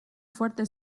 fuerte